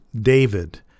David